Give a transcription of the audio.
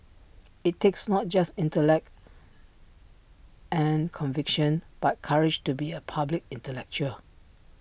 IT takes not just intellect and conviction but courage to be A public intellectual